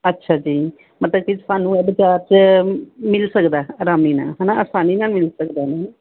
ਅੱਛਾ ਜੀ ਮਤਲਬ ਕਿ ਸਾਨੂੰ ਇਹ ਬਜ਼ਾਰ 'ਚ ਮਿਲ ਸਕਦਾ ਆਰਾਮੀ ਨਾਲ ਹੈ ਨਾ ਆਸਾਨੀ ਨਾਲ ਮਿਲ ਸਕਦਾ ਹੈ ਨਾ